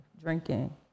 drinking